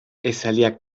esaldiak